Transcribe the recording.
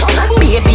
Baby